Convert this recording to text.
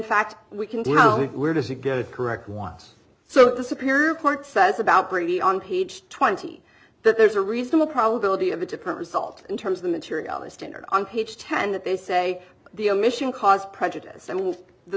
fact we can do no where does it get it correct once so the superior court says about brady on page twenty that there is a reasonable probability of a different result in terms of the materiality standard on page ten that they say the omission caused prejudice and the